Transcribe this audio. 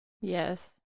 Yes